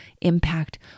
impact